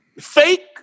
Fake